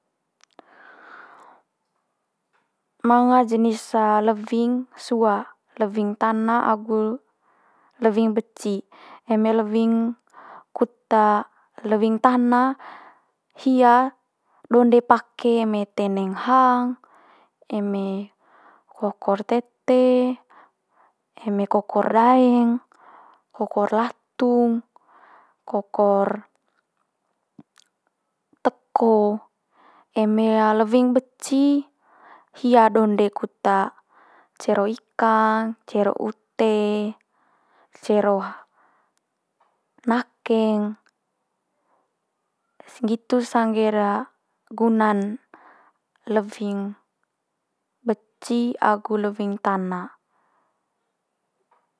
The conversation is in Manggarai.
manga jenis lewing sua, lewing tana agu lewing beci. Eme lewing kut lewing tana hia donde pake eme teneng hang, eme kokor tete, eme kokor daeng, kokor latung, kokor teko. Eme lewing beci hia donde kut cero ikang, cero ute, cero nakeng nggitu's sangger guna'n lewing beci agu lewing tana.